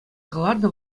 кӑларнӑ